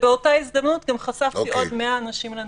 ובאותה הזדמנות גם חשפתי עוד 100 אנשים לנגיף.